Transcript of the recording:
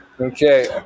Okay